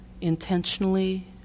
intentionally